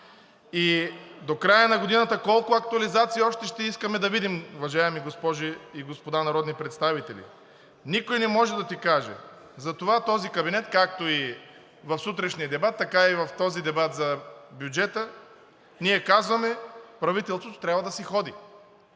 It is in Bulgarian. До края на годината колко актуализации още ще искаме да видим, уважаеми госпожи и господа народни представители? Никой не може да ти каже. Затова, както и в сутрешния дебат, така и в този за бюджета, ние казваме – правителството трябва да си ходи.